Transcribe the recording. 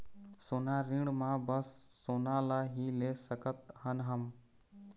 सोना ऋण मा बस सोना ला ही ले सकत हन हम?